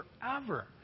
forever